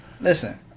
Listen